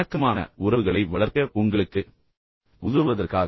இணக்கமான உறவுகளை வளர்க்க உங்களுக்கு உதவுவதற்காக